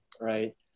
right